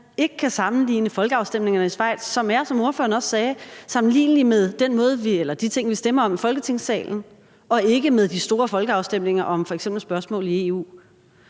ikke kan sammenligne det her med folkeafstemningerne i Schweiz, hvor det er, som ordføreren også sagde, sammenligneligt med de ting, som vi stemmer om i Folketingssalen, og ikke med de store folkeafstemninger om f.eks. EU-spørgsmål.